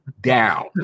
down